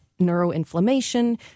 neuroinflammation